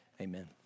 amen